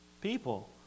people